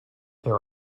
there